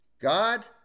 God